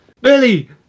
Billy